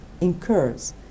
incurs